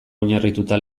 oinarrituta